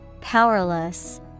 Powerless